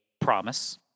promise